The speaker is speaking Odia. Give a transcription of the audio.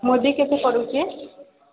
ମୁଦି କେତେ ପଡ଼ୁଛି